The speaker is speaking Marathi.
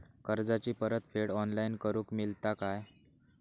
कर्जाची परत फेड ऑनलाइन करूक मेलता काय?